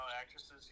actresses